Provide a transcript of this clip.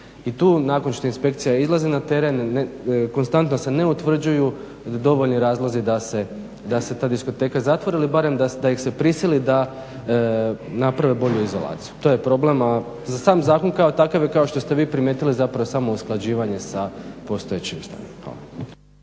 I tu nakon što inspekcija izlazi na teren, konstantno se ne utvrđuju dovoljni razlozi da se ta diskoteka zatvori ili barem da ih se prisili da naprave bolji izolaciju. To je problem a za sam zakon kao takav je kao što ste vi primijetili zapravo samo usklađivanje sa postojećim starim.